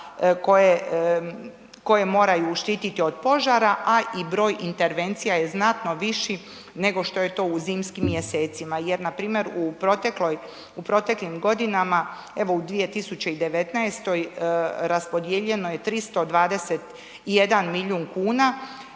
koje moraju štiti od požara a i broj intervencija je znatno viši nego što je to u zimskim mjesecima. Jer npr. u proteklim godinama, evo u 2019. raspodijeljeno je 321 milijun kuna.